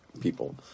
people